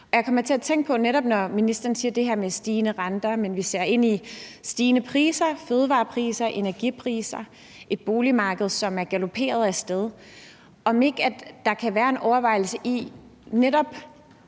Det er Keynes. Netop når ministeren siger det her med stigende renter, og at vi ser stigende priser – fødevarepriser; energipriser; et boligmarked, som er galoperet af sted – kommer jeg til at tænke på, om der ikke kan være en overvejelse i, netop